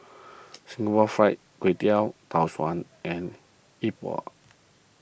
Singapore Fried Kway Tiao Suan and Yi Bua